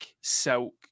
silk